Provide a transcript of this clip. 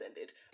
ended